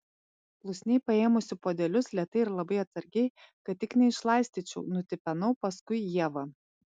klusniai paėmusi puodelius lėtai ir labai atsargiai kad tik neišlaistyčiau nutipenau paskui ievą